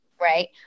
right